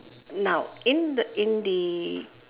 now in the in the